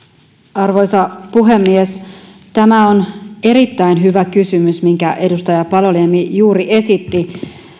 arvoisa puhemies tämä on erittäin hyvä kysymys minkä edustaja paloniemi juuri esitti